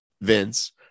Vince